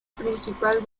principal